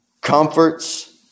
comforts